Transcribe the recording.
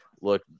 Look